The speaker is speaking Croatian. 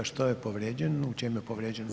Što je povrijeđeno, u čemu je povrijeđen?